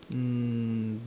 um